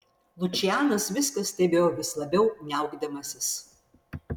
lučianas viską stebėjo vis labiau niaukdamasis